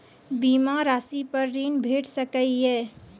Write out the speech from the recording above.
बीमा रासि पर ॠण भेट सकै ये?